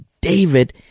David